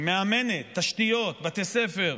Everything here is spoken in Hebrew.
היא מאמנת, תשתיות, בתי ספר,